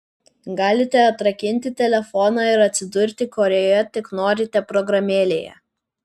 galite atrakinti telefoną ir atsidurti kurioje tik norite programėlėje